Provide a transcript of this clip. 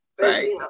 right